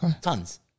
tons